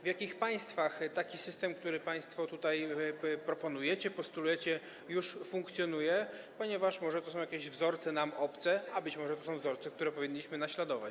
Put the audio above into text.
W jakich państwach taki system, jaki państwo tutaj proponujecie, postulujecie, już funkcjonuje, ponieważ może to są jakieś wzorce nam obce, a być może to są wzorce, które powinniśmy naśladować?